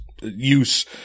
use